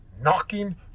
knocking